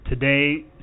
Today